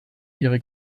ihre